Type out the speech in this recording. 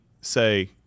say